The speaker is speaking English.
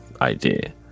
idea